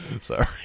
Sorry